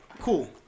cool